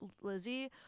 Lizzie